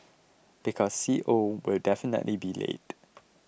because C O will definitely be late